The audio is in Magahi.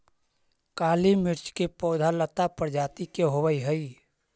काली मिर्च के पौधा लता प्रजाति के होवऽ हइ